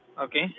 Okay